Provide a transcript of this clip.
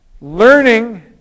Learning